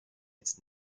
its